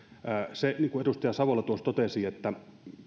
niin kuin edustaja savola tuossa totesi että